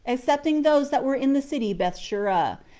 excepting those that were in the city bethsura,